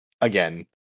again